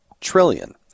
trillion